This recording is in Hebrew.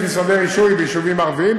יש משרדי רישוי ביישובים ערביים,